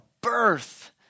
birth